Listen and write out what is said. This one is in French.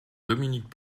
dominique